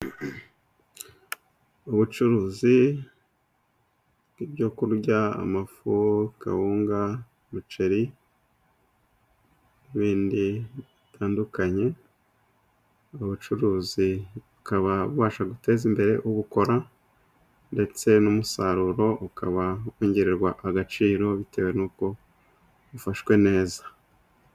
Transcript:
Ubucuruzi bw'ibyo kurya amafu, kawunga ,umuceri n'ibindi bitandukanye. Ubucuruzi bukaba bubasha guteza imbere ubukora ndetse n'umusaruro ukaba wongererwa agaciro bitewe n'uko ufashwe neza.